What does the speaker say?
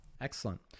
Excellent